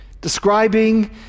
describing